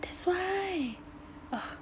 that's why ugh